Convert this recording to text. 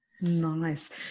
Nice